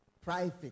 Private